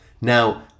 Now